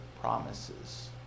promises